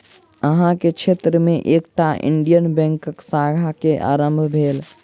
अहाँ के क्षेत्र में एकटा इंडियन बैंकक शाखा के आरम्भ भेल